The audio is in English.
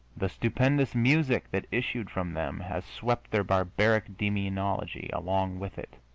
the stupendous music that issued from them has swept their barbaric demonology along with it,